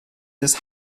des